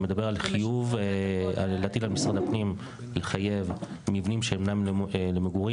שמדבר על להטיל על משרד הפנים לחייב מבנים שאינם למגורים